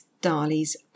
Darley's